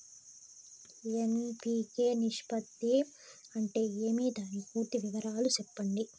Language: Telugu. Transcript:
ఎన్.పి.కె నిష్పత్తి అంటే ఏమి దాని పూర్తి వివరాలు సెప్పండి?